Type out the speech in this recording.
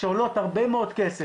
שעולות הרבה מאוד כסף,